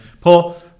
Paul